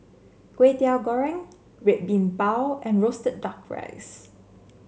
Kway Teow Goreng Red Bean Bao and roasted duck rice